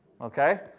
Okay